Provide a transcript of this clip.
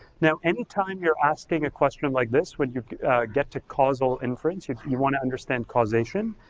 now anytime you're asking a question like this, when you get to causal inference, if you wanna understand causation,